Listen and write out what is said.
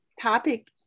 topic